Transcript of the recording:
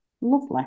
Lovely